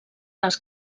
les